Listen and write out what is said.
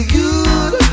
good